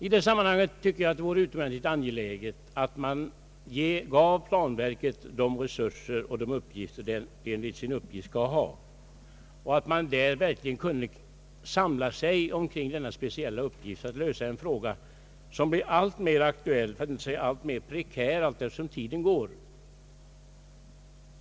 I detta sammanhang tycker jag att det vore utomordentligt angeläget att ge planverket de resurser och de uppgifter som det egentligen skall ha och att man där verkligen kunde samla sig till uppgiften att lösa denna speciella fråga som blir alltmer aktuell för att inte säga prekär allteftersom tiden går.